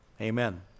amen